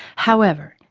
however,